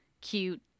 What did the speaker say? cute